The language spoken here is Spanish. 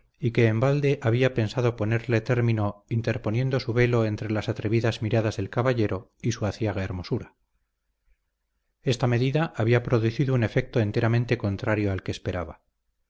y que en balde había pensado ponerle término interponiendo su velo entre las atrevidas miradas del caballero y su aciaga hermosura esta medida había producido un efecto enteramente contrario al que esperaba